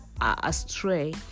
astray